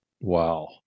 Wow